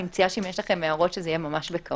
אני מציעה שאם יש לכם הערות, שזה יהיה ממש בקרוב.